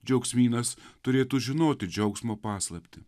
džiaugsmynas turėtų žinoti džiaugsmo paslaptį